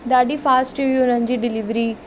ॾाढी फास्ट हुई हुननि जी डीलीवरी